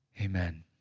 Amen